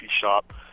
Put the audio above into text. shop